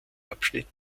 abschnitt